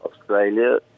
Australia